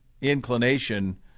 inclination